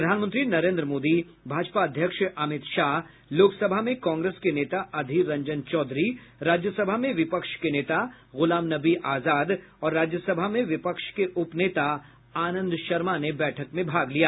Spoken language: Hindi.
प्रधानमंत्री नरेन्द्र मोदी भाजपा अध्यक्ष अमित शाह लोकसभा में कांग्रेस के नेता अधीर रंजन चौधरी राज्यसभा में विपक्ष के नेता गुलाम नबी आजाद और राज्यसभा में विपक्ष के उप नेता आनंद शर्मा ने बैठक में भाग लिया